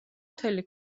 მთელი